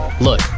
Look